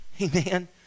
Amen